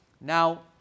Now